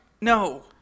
No